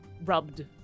rubbed